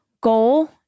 goal